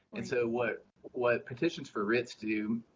and so what what petitions for writs do,